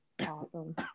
awesome